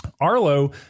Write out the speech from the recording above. Arlo